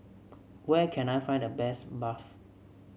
where can I find the best Barfi